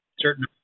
certain